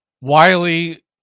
wiley